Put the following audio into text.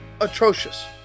atrocious